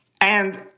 and-